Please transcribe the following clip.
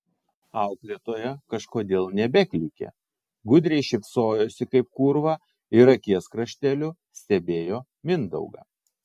auklėtoja kažkodėl nebeklykė gudriai šypsojosi kaip kūrva ir akies krašteliu stebėjo mindaugą